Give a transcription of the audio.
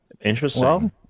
Interesting